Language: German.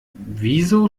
wieso